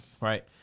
right